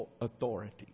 authority